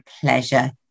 pleasure